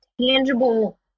tangible